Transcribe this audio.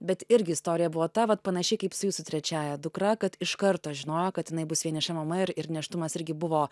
bet irgi istorija buvo ta vat panašiai kaip su jūsų trečiąja dukra kad iš karto žinojo kad jinai bus vieniša mama ir ir nėštumas irgi buvo